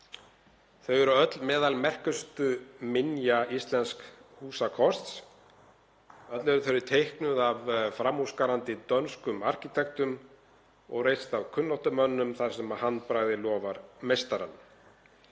Þau eru öll meðal merkustu minja íslensks húsakosts. Öll eru þau teiknuð af framúrskarandi dönskum arkitektum og reist af kunnáttumönnum þar sem handbragðið lofar meistarann.